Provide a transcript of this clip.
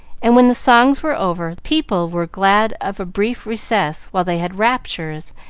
and, when the songs were over, people were glad of a brief recess while they had raptures,